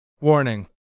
Warning